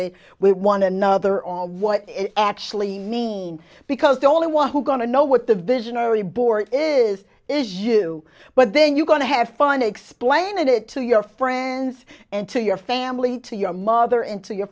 it with one another on what it actually mean because the only one who going to know what the visionary board is is you but then you're going to have fun explaining it to your friends and to your family to your mother and to your